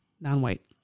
non-white